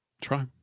Try